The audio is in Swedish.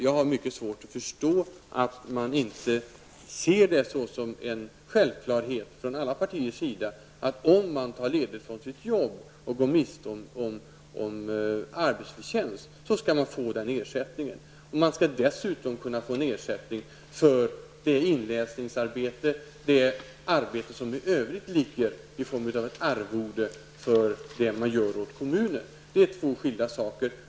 Jag har mycket svårt att förstå att inte alla partier ser det som en självklarhet att man skall få ersättning om man tar ledigt från sitt jobb och går miste om arbetsförtjänst. Man skall dessutom kunna få ersättning i form av arvode för inläsningsarbete och annat arbete som man gör för kommunen. Det är två skilda saker.